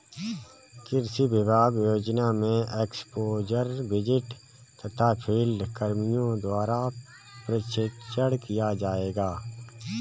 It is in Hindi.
कृषि विकास योजना में एक्स्पोज़र विजिट तथा फील्ड कर्मियों द्वारा प्रशिक्षण किया जाएगा